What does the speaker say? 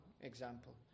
example